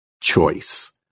choice